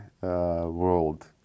world